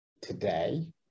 today